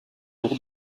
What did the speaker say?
tour